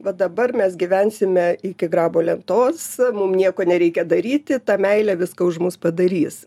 va dabar mes gyvensime iki grabo lentos mum nieko nereikia daryti ta meilė viską už mus padarys